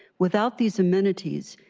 without these amenities,